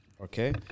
Okay